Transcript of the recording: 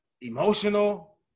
emotional